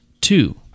Two